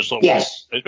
Yes